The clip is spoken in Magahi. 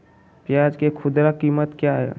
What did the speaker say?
प्याज के खुदरा कीमत क्या है?